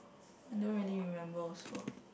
I don't really remember also